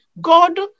God